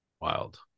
Wild